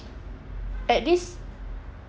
at this